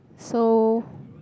so